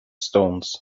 stones